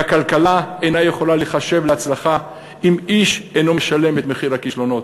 והכלכלה אינה יכולה להיחשב להצלחה אם איש אינו משלם את מחיר הכישלונות.